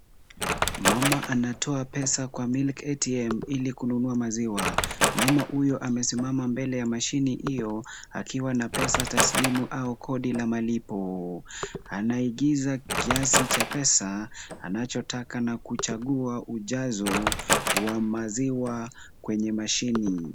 Mama anatoa pesa kwa Milk ATM ili kununua maziwa. Mama huyo amesimama mbele ya mashini hiyo akiwa na pesa taslimu au kodi la malipo. Anaingiza kiasi cha pesa anachotaka na kuchagua ujazo wa maziwa kwenye mashini .